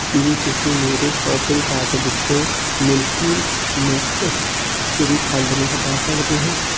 ਕੀ ਤੁਸੀਂ ਮੇਰੇ shopping cart ਵਿੱਚੋਂ ਮਿਲਕੀ ਮਿਸਟ ਸ਼੍ਰੀਖੰਡ ਨੂੰ ਹਟਾ ਸਕਦੇ ਹੋ